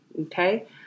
Okay